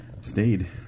stayed